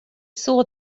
saw